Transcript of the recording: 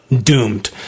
doomed